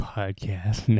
Podcast